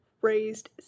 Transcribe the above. raised